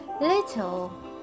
Little